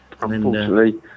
Unfortunately